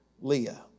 Leah